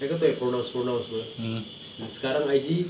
abeh kau tahu yang pronouns pronouns semua and sekarang I_G